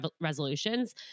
resolutions